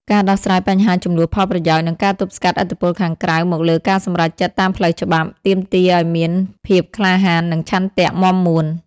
ការដោះស្រាយបញ្ហាជម្លោះផលប្រយោជន៍ និងការទប់ស្កាត់ឥទ្ធិពលខាងក្រៅមកលើការសម្រេចចិត្តតាមផ្លូវច្បាប់ ទាមទារឱ្យមានភាពក្លាហាន និងឆន្ទៈមាំមួន។